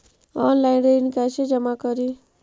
Online ऋण कैसे जमा करी?